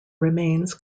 remains